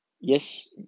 Yes